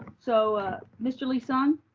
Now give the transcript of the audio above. so mr. lee-sung.